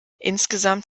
insgesamt